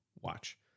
watch